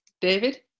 David